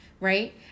Right